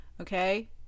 okay